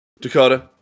Dakota